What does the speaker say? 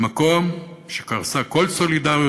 במקום שקרסה כל סולידריות.